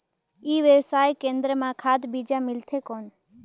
ई व्यवसाय केंद्र मां खाद बीजा मिलथे कौन?